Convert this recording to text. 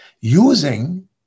using